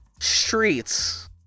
streets